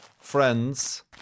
friends